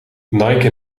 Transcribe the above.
nike